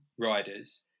riders